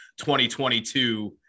2022